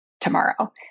tomorrow